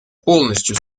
полностью